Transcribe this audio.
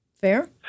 Fair